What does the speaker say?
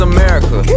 America